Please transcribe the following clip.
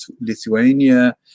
lithuania